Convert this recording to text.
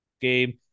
game